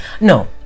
no